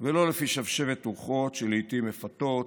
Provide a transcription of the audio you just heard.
ולא לפי שבשבת רוחות שלעיתים מפתות,